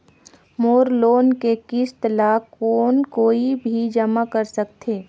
मोर loan के किस्त ल कौन कोई भी जमा कर सकथे?